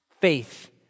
faith